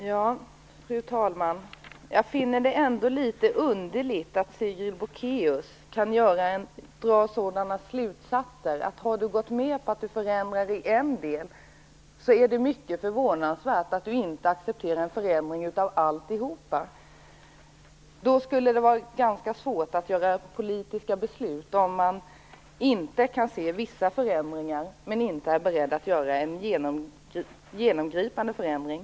Fru talman! Jag finner det ändå litet underligt att Sigrid Bolkéus kan dra sådana slutsatser som hon gör. Har man gått med på en förändring i en del, är det mycket förvånansvärt att man inte accepterar en förändring av alltihopa. Det skulle vara ganska svårt att åstadkomma politiska beslut om man inte kunde se vissa förändringar och inte var beredd att göra en genomgripande förändring.